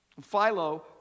Philo